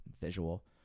visual